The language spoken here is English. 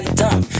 dumb